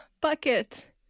Bucket